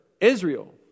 Israel